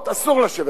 אסור לשבת בבתי-קפה,